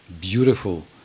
beautiful